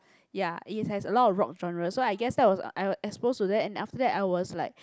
ya it has a lot of rock genre so I guess that was I I was exposed to that and after that I was like